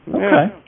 Okay